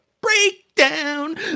breakdown